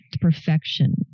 perfection